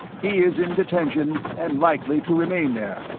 he is in detention, and likely to remain there.